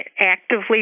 actively